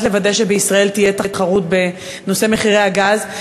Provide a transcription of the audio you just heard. לוודא שבישראל תהיה תחרות בתחום מחירי הגז.